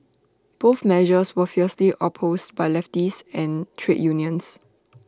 both measures were fiercely opposed by leftists and trade unions